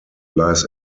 lies